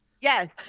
yes